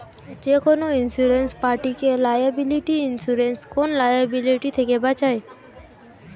যেকোনো ইন্সুরেন্স পার্টিকে liability insurance কোন লায়াবিলিটি থেকে বাঁচায়